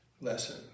lesson